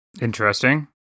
Interesting